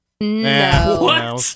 No